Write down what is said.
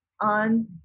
on